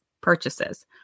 purchases